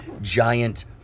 giant